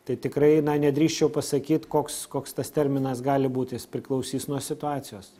tai tikrai nedrįsčiau pasakyt koks koks tas terminas gali būti jis priklausys nuo situacijos